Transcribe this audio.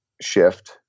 shift